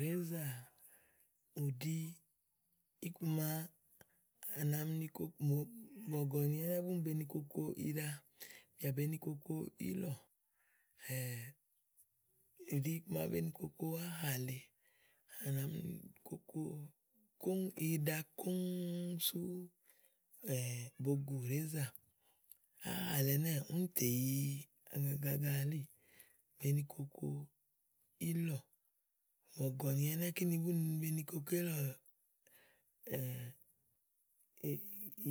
Rèézà, ù ɖi iku màa anami ni koko, bɔ̀gɔ̀nì ɛnɛ́ɛ̀ búni be ni koko iɖa. Bìà be ni koko ílɔ̀. bìà be koko áhà lèe. À nà mi ni koko koŋ iɖa koŋ sú bòo gu rèézà áhà lèe ɛnɛ́ɛ̀ úni tè yi agagaaga elíì. Be mi koko ílɔ̀. Bɔ̀gɔ̀nì ɛnɛ̀ kíni bú ne ni koko ílɔ̀,